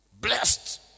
Blessed